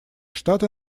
штаты